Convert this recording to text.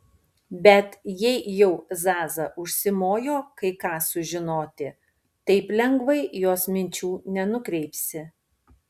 bet jei jau zaza užsimojo kai ką sužinoti taip lengvai jos minčių nenukreipsi